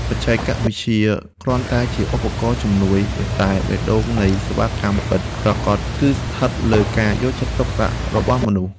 បច្ចេកវិទ្យាគ្រាន់តែជាឧបករណ៍ជំនួយ ប៉ុន្តែបេះដូងនៃសេវាកម្មពិតប្រាកដ គឺស្ថិតលើការយកចិត្តទុកដាក់របស់មនុស្ស។